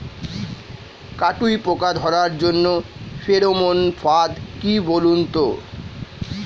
কাটুই পোকা ধরার জন্য ফেরোমন ফাদ কি বলুন তো?